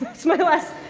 smile less.